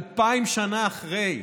אלפיים שנה אחרי,